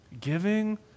giving